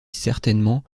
certainement